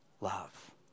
love